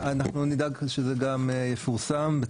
נדאג שזה גם יפורסם.